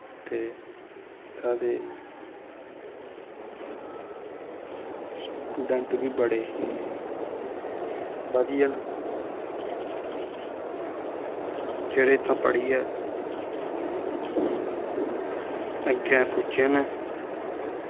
ते इत्थें दे स्टूडैंट बी बड़े बधिया न जेह्ड़े इत्थां पढ़ियै अग्गै पुज्जे न